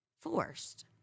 forced